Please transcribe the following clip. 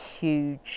huge